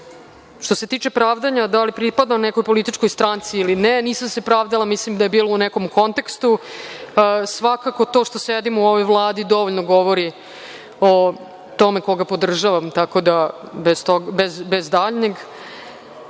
se tiče pravdanja da li pripadam nekoj političkoj stranci ili ne, nisam se pravdala, mislim da je bilo u nekom kontekstu. Svakako, to što sedim u ovoj Vladi dovoljno govori o tome ko ga podržavam. Na kraju,